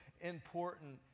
important